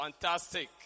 fantastic